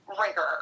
rigor